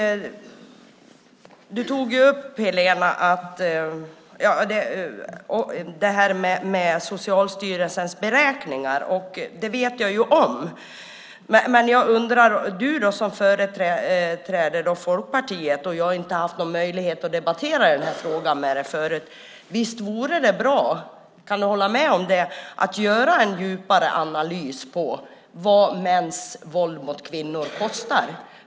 Du tog upp Socialstyrelsens beräkningar, Helena. Jag känner ju till dem. Men du som företräder Folkpartiet - jag har inte haft möjlighet att debattera den här frågan med dig förut - visst vore det bra, det kan du väl hålla med om, att göra en djupare analys av vad mäns våld mot kvinnor kostar?